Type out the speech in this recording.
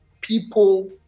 people